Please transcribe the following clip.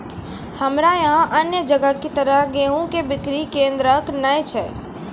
हमरा यहाँ अन्य जगह की तरह गेहूँ के बिक्री केन्द्रऽक नैय छैय?